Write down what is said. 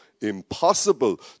impossible